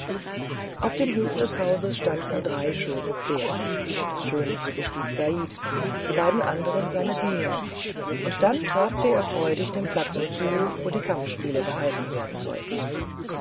in dem hof des hauses standen drei schöne pferde das schönste bestieg said die beiden andern seine diener und dann trabte er freudig dem platze zu wo die kampfspiele gehalten werden sollten